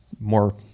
more